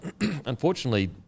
Unfortunately